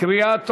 קריאה טרומית,